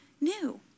new